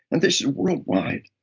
and they said worldwide.